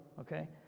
Okay